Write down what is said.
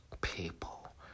people